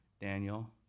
Daniel